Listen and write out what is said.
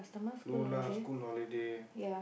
no lah school holiday